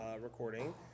recording